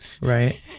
right